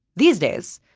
these days,